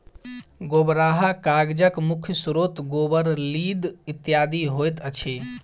गोबराहा कागजक मुख्य स्रोत गोबर, लीद इत्यादि होइत अछि